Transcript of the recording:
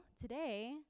today